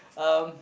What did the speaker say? um